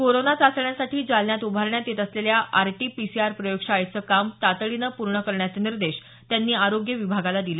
corona चाचण्यांसाठी जालन्यात उभारण्यात येत असलेल्या आरटी पीसीआर प्रयोगशाळेचं काम तातडीनं पूर्ण करण्याचे निर्देश त्यांनी आरोग्य विभागाला दिले